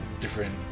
Different